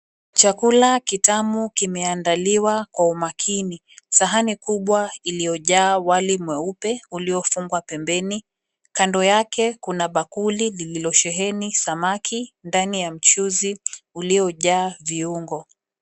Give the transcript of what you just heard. Chakula kitamu kimeandaliwa kwa umakini, sahani kubwa uliyojaa wali mweupe uliyofungwa pembeni, kando yake kuna bakuli lililosheheni samaki ndani ya mchuzi uliyojaa viungo.